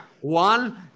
one